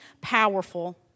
powerful